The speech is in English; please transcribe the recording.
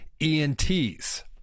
ENTs